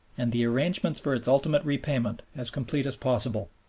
and the arrangements for its ultimate repayment as complete as possible.